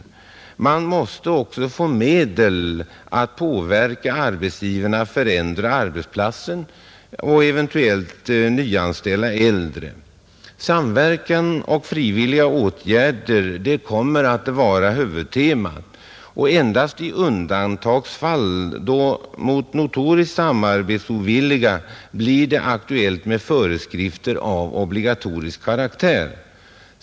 Man måste också få medel att påverka arbetsgivarna att förändra arbetsplatsen och eventuellt nyanställa äldre, Samverkan och frivilliga åtgärder kommer att vara huvudtemat, och endast i undantagsfall, mot notoriskt samarbetsovilliga, blir det aktuellt med föreskrifter av obligatorisk karaktär.